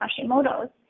Hashimoto's